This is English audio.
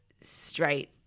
straight